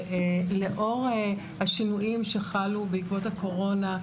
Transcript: לאור השינויים שחלו בעקבות הקורונה,